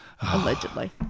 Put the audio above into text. allegedly